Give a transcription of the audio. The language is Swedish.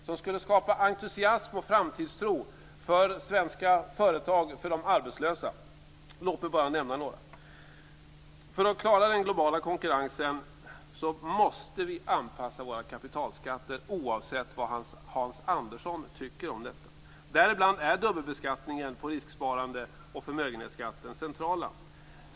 De skulle skapa entusiasm och framtidstro för svenska företag och för de arbetslösa. Låt mig bara nämna några: För att klara den globala konkurrensen måste vi anpassa våra kapitalskatter, oavsett vad Hans Andersson tycker om detta. Däribland är dubbelbeskattningen på risksparande och förmögenhetsskatten centrala.